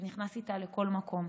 ונכנס איתה לכל מקום.